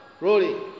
rolling